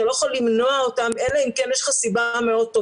אתה לא יכול למנוע אותם אלא אם כן יש לך סיבה טובה מאוד.